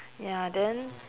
ya then